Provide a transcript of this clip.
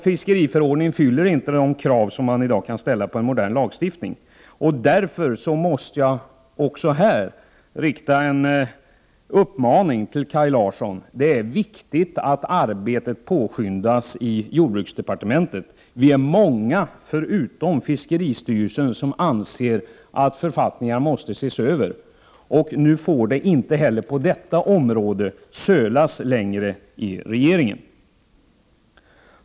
Fiskeriförordningen fyller inte de krav som man i dag kan ställa på en modern lagstiftning. Därför måste jag också här rikta en uppmaning till Kaj Larsson: Det är viktigt att arbetet påskyndas i jordbruksdepartementet. Vi är många förutom fiskeristyrelsen som anser att författningen måste ses över. Nu får det inte heller på detta område sölas längre i regeringen.